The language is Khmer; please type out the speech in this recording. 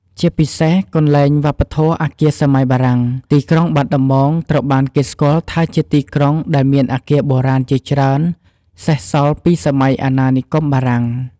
ជាពិសេសកន្លែង វប្បធម៌អគារសម័យបារាំង ទីក្រុងបាត់ដំបងត្រូវបានគេស្គាល់ថាជាទីក្រុងដែលមានអគារបុរាណជាច្រើនសេសសល់ពីសម័យអាណានិគមបារាំង។